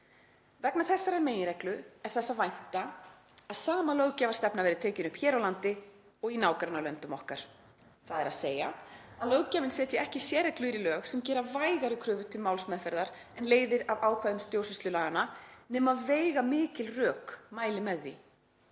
Vegna þessarar meginreglu er þess að vænta að sama löggjafarstefna verði tekin upp hér á landi og í nágrannalöndum okkar, þ.e.a.s. að löggjafinn setji ekki sérreglur í lög sem gera vægari kröfur til málsmeðferðar en leiðir af ákvæðum stjórnsýslulaganna nema veigamikil rök mæli með því.“